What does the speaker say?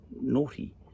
naughty